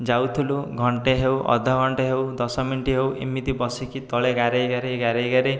ଯାଉଥିଲୁ ଘଣ୍ଟେ ହେଉ ଅଧ ଘଣ୍ଟେ ହେଉ ଦଶ ମିନଟ୍ ହେଉ ଏମିତି ବସିକି ତଳେ ଗାରେଇ ଗାରେଇ ଗାରେଇ ଗାରେଇ